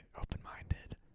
open-minded